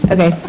Okay